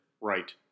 Right